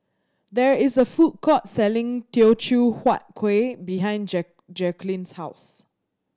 there is a food court selling Teochew Huat Kuih behind Jacquelin's house